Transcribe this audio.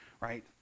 Right